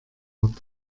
wird